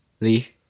Lee